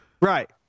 Right